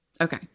Okay